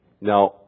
Now